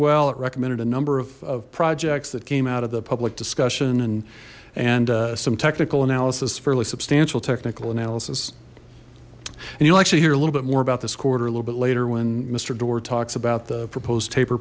well it recommended a number of projects that came out of the public discussion and and some technical analysis fairly substantial technical analysis and you'll actually hear a little bit more about this quarter a little bit later when mister doar talks about the proposed taper